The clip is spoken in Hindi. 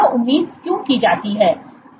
यह उम्मीद क्यों की जाती है